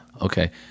Okay